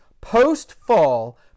post-fall